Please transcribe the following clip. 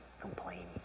complaining